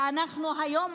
ואנחנו אומרים היום,